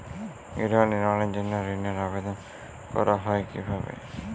গৃহ নির্মাণের জন্য ঋণের আবেদন করা হয় কিভাবে?